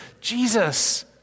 Jesus